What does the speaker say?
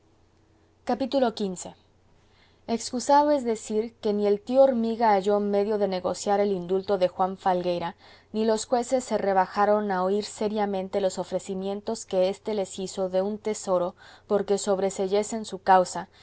xv excusado es decir que ni el tío hormiga halló medio de negociar el indulto de juan falgueira ni los jueces se rebajaron a oír seriamente los ofrecimientos que éste les hizo de un tesoro porque sobreseyesen su causa